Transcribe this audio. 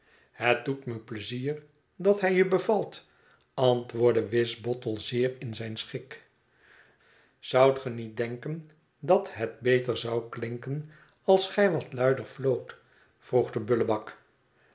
het doet me pleizier dat hy je be valt antwoordde wisbottle zeer in zijn schik zoudt ge niet denken dat het beter zou klinken als gij wat luider floot vroeg de